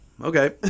okay